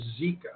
Zika